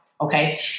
Okay